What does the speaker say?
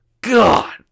God